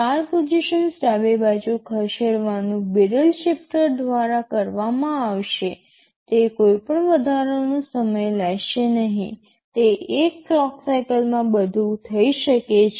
4 positions ડાબી બાજુ ખસેડવાનું બેરલ શિફ્ટર દ્વારા કરવામાં આવશે તે કોઈપણ વધારાનો સમય લેશે નહીં તે એક ક્લોક સાઇકલમાં બધું થઈ શકે છે